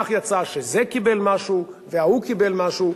כך יצא שזה קיבל משהו וההוא קיבל משהו,